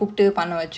um